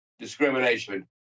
Discrimination